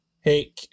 Hey